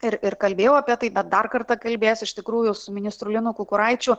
ir ir kalbėjau apie tai bet dar kartą kalbėsiu iš tikrųjų su ministru linu kukuraičiu